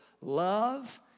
love